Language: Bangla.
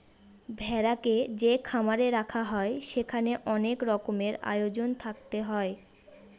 ভেড়াকে যে খামারে রাখা হয় সেখানে অনেক রকমের আয়োজন থাকতে হয়